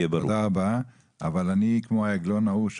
תודה רבה, אבל אני, כמו העגלון ההוא שאמר,